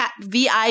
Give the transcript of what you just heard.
VIP